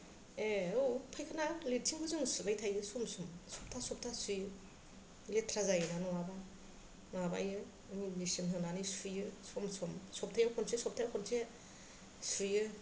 एह औ पायखाना लेत्रिनबो जों सुबाय थायो सम सम सप्था सप्था सुयो लेथ्रा जायो ना नङाबा माबायो ब्लिसिं होनानै सुयो सम सम सप्थायाव खनसे सप्थायाव खनसे सुयो